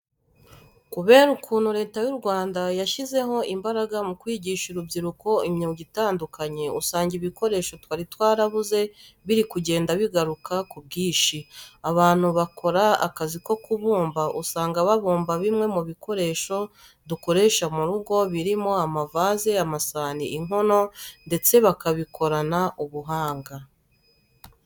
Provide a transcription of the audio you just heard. Kubera ukuntu Leta y'u Rwanda yashyize imbaraga mu kwigisha urubyiruko imyuga itandukanye, usanga ibikoresho twari twarabuze biri kugenda bigaruka ku bwinshi. Abantu bakora akazi ko kubumba usanga babumba bimwe mu bikoresho dukoresha mu rugo birimo amavaze, amasahani, inkono ndetse babikorana ubuhanga.